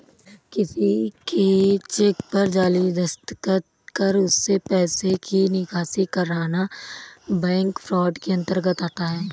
किसी के चेक पर जाली दस्तखत कर उससे पैसे की निकासी करना बैंक फ्रॉड के अंतर्गत आता है